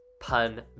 pun